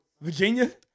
Virginia